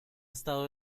estado